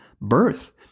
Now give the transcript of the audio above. birth